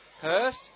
Hurst